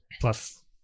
plus